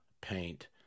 paint